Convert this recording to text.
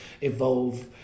evolve